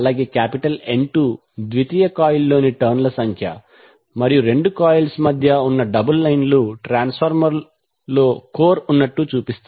N2 ద్వితీయ కాయిల్లో turn ల సంఖ్య మరియు రెండు కాయిల్ల మధ్య ఉన్న డబుల్ లైన్లు ట్రాన్స్ఫార్మర్లో కోర్ ఉన్నట్లు చూపిస్తుంది